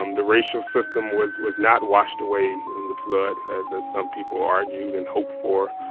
um the racial system was was not washed away in the flood, as as some people argued and hoped for.